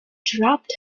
dropped